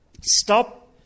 stop